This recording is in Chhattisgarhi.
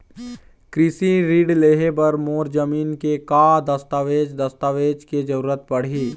कृषि ऋण लेहे बर मोर जमीन के का दस्तावेज दस्तावेज के जरूरत पड़ही?